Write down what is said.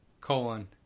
Colon